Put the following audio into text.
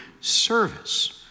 service